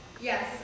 Yes